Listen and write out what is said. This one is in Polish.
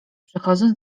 przychodząc